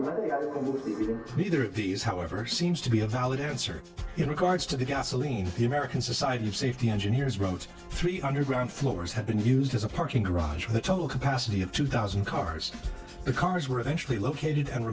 of these however seems to be a valid answer in regards to the gasoline the american society of safety engineers wrote three underground floors had been used as a parking garage for the total capacity of two thousand cars the cars were eventually located and